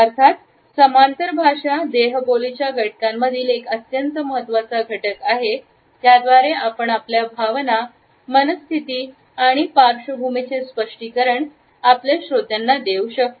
अर्थात समांतर भाषा देहबोली च्या घटकांमधील एक अत्यंत महत्त्वाचा घटक आहे त्याद्वारे आपण आपल्या भावना मनस्थिती आणि पार्श्वभूमीचे स्पष्टीकरण आपल्या श्रोत्यांना देऊ शकतो